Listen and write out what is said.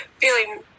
feeling